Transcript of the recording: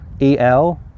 El